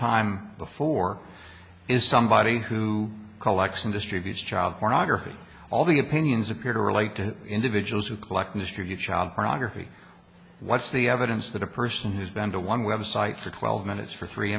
time before is somebody who collects and distributes child pornography all the opinions appear to relate to individuals who collect mr your child pornography what's the evidence that a person who's been to one web site for twelve minutes for three